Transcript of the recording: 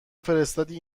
فرستادی